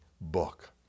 book